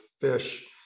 fish